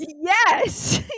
Yes